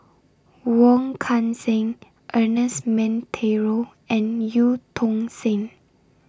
Wong Kan Seng Ernest Monteiro and EU Tong Sen